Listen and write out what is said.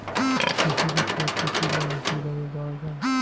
কৃষি ক্ষেত্রে কৃষি লোন কিভাবে পাওয়া য়ায়?